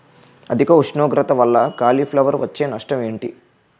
అధిక ఉష్ణోగ్రత వల్ల కాలీఫ్లవర్ వచ్చే నష్టం ఏంటి?